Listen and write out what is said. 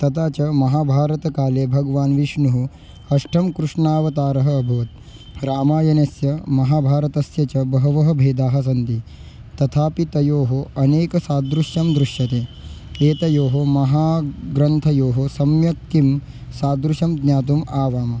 तथा च महाभारतकाले भगवान् विष्णोः अष्टमः कृष्णावतारः अभवत् रामायणस्य महाभारतस्य च बहवः भेदाः सन्ति तथापि तयोः अनेक सादृश्यं दृश्यते एतयोः महाग्रन्थयोः सम्यक् किं सादृशं ज्ञातुम् आवाम